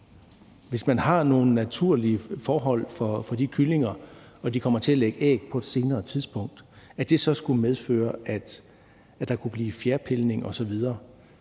hvis man har nogle naturlige forhold for de kyllinger og de kommer til at lægge æg på et senere tidspunkt, så skulle medføre, at der kunne blive fjerpilning osv.